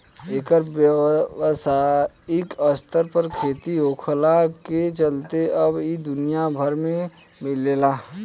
एकर व्यावसायिक स्तर पर खेती होखला के चलते अब इ दुनिया भर में मिलेला